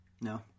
No